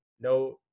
No